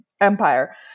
empire